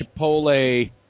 Chipotle